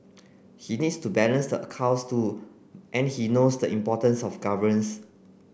he needs to balance the accounts too and he knows the importance of governance